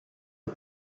est